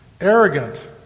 Arrogant